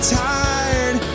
tired